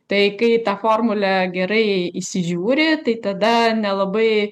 tai kai į tą formulę gerai įsižiūri tai tada nelabai